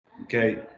Okay